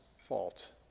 fault